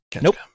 nope